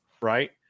right